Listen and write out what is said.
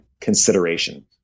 consideration